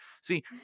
see